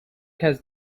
has